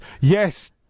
yes